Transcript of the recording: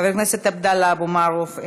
חבר הכנסת עבדאללה אבו מערוף,